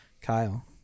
kyle